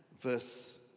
Verse